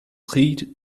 heed